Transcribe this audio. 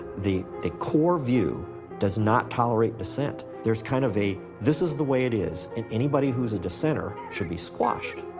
the core view does not tolerate dissent. there's kind of a this is the way it is, and anybody who's a dissenter should be squashed.